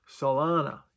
Solana